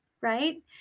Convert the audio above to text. right